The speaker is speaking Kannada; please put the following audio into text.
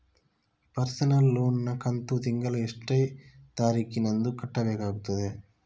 ಪರ್ಸನಲ್ ಲೋನ್ ನ ಕಂತು ತಿಂಗಳ ಎಷ್ಟೇ ತಾರೀಕಿನಂದು ಕಟ್ಟಬೇಕಾಗುತ್ತದೆ?